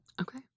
okay